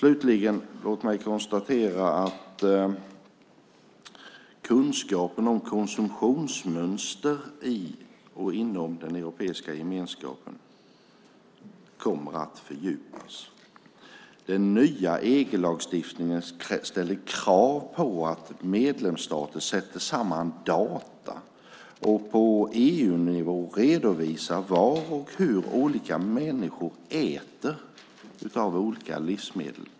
Låt mig slutligen konstatera att kunskapen om konsumtionsmönster inom den europeiska gemenskapen kommer att fördjupas. Den nya EG-lagstiftningen ställer krav på att medlemsstater sätter samman data och på EU-nivå redovisar var och hur olika människor äter av olika livsmedel.